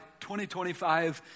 2025